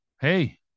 Hey